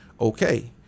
okay